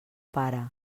pare